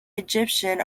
egyptian